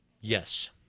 Yes